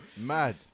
mad